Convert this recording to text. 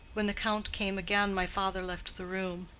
when the count came again, my father left the room.